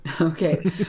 Okay